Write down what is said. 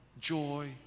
joy